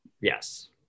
Yes